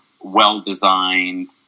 well-designed